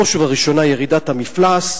בראש ובראשונה ירידת המפלס,